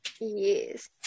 yes